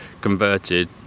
converted